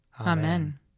Amen